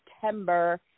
September